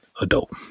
adult